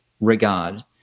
regard